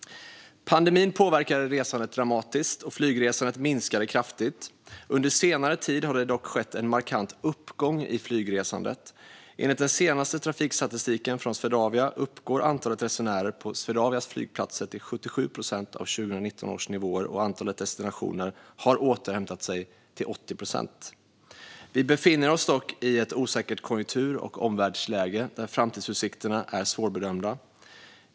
Pandemin påverkade resandet dramatiskt, och flygresandet minskade kraftigt. Under senare tid har det dock skett en markant uppgång i flygresandet. Enligt den senaste trafikstatistiken från Swedavia uppgår antalet resenärer på Swedavias flygplatser till 77 procent av 2019 års nivåer, och antalet destinationer har återhämtat sig till 80 procent. Vi befinner oss dock i ett osäkert konjunktur och omvärldsläge där framtidsutsikterna är svårbedömda.